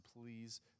please